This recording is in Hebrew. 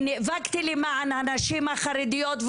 אני נאבקתי למען הנשים החרדיות,